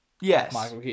Yes